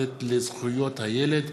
חברת הכנסת קסניה סבטלובה,